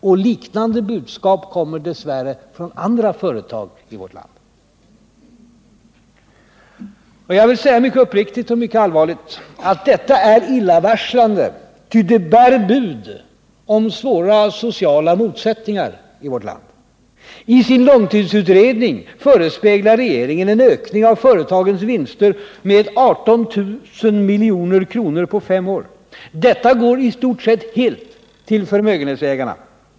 Och liknande budskap kommer dess värre från andra företag i vårt land. Jag vill säga mycket uppriktigt och mycket allvarligt att detta är illavars lande, ty det bär bud om svåra sociala motsättningar i vårt land. I sin långtidsutredning förespeglar regeringen en ökning av företagens vinster med 18 000 milj.kr. på fem år. Detta går i stort sett helt till förmögenhetsägarna.